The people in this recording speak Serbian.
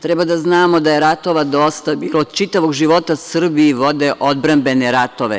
Treba da znamo da je ratova dosta bilo, čitavog života Srbi vode odbrambene ratove.